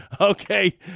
Okay